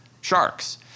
sharks